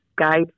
guide